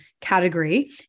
category